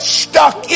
stuck